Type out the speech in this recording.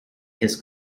his